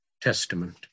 Testament